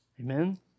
Amen